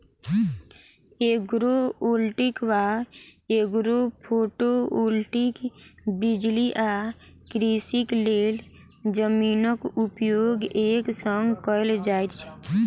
agrovoltaic वा agrophotovoltaic बिजली आ कृषिक लेल जमीनक उपयोग एक संग कयल जाइत छै